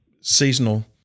seasonal